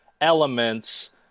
elements